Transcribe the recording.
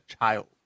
child